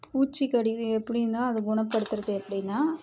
பூச்சிக்கடி எப்படினா அதை குணப்படுத்துறது எப்படினா